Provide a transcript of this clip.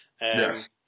Yes